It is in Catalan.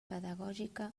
pedagògica